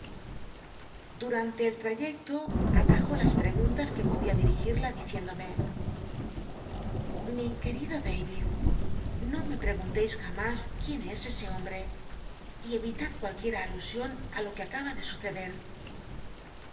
dumnte el ltayccto atajó las preguntas qnc podia dirigida diciéndome i i querido david no me pregunteis jamás quién es ese hombre y el'ilad cualquiera alusion á lo que acaba de suceder